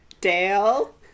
Dale